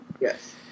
yes